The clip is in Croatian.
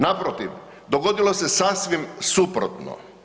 Naprotiv, dogodilo se sasvim suprotno.